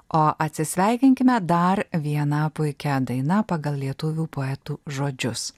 o atsisveikinkime dar viena puikia daina pagal lietuvių poetų žodžius